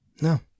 no